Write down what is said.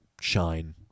shine